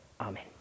Amen